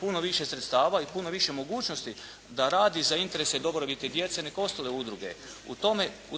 puno više sredstava i puno više mogućnosti da radi za interese i dobrobit djece nego ostale udruge. U